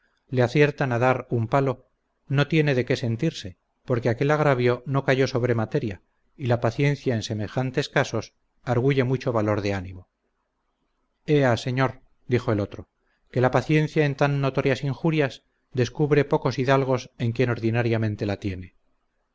le aciertan a dar un palo no tiene de que sentirse porque aquel agravio no cayó sobre materia y la paciencia en semejantes casos arguye mucho valor de ánimo ea señor dijo el otro que la paciencia en tan notorias injurias descubre pocos hígados en quien ordinariamente la tiene